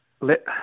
let